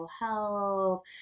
health